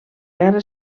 guerra